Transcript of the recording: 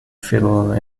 fiddle